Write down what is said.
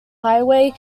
highway